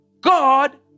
God